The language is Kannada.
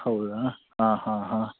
ಹೌದಾ ಆಂ ಹಾಂ ಹಾಂ